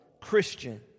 Christian